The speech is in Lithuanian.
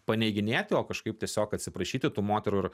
paneiginėti o kažkaip tiesiog atsiprašyti tų moterų ir